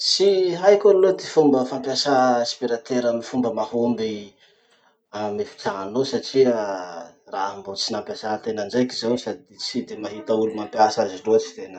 Tsy haiko aloha ty fomba fampiasà aspirateur amy fomba mahomby amy efitrano io satria raha mbo tsy nampiasatena ndraiky zao sady tsy de mahita olo mampiasa azy loatsy tena.